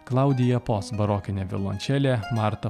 klaudija pos barokinė violončelė marta